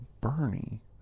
Bernie